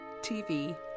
TV